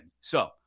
So-